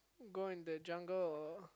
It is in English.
go into the jungle or